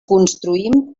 construïm